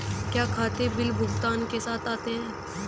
क्या खाते बिल भुगतान के साथ आते हैं?